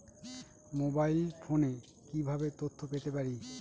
Mobile ফোনে কিভাবে তথ্য পেতে পারি?